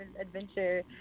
adventure